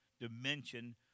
dimension